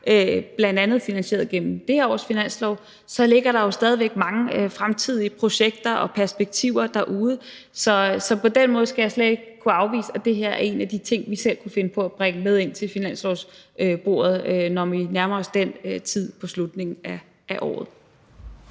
bl.a. finansieret gennem det her års finanslov, så ligger der jo stadig væk mange fremtidige projekter og perspektiver derude. Så på den måde skal jeg slet ikke kunne afvise, at det her er en af de ting, som vi selv kunne finde på at bringe med ind til bordet ved finanslovsforhandlingerne, når vi nærmer os den tid i slutningen af året.